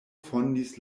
fondis